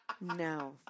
No